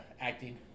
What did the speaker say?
acting